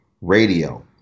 radio